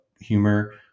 humor